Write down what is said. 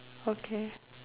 okay